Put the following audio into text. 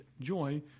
joy